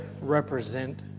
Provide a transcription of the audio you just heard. represent